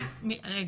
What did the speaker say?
רגע,